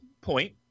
point